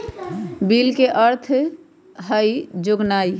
bill के अर्थ हइ जोगनाइ